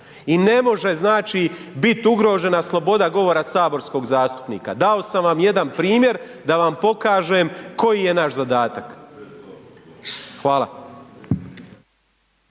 i ne može znači bit ugrožena sloboda govora saborskog zastupnika, dao sam vam jedan primjer da vam pokažem koji je naš zadatak. Hvala.